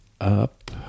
Up